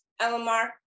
LMR